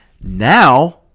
Now